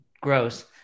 gross